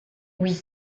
oui